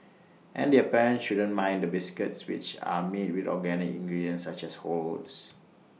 and their parents shouldn't mind the biscuits which are made with organic ingredients such as whole oats